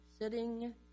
sitting